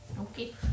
Okay